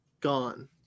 gone